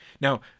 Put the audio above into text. Now